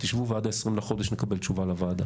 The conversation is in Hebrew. תשבו ועד ה-20 בחודש נקבל תשובה לוועדה.